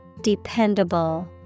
Dependable